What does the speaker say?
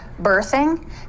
birthing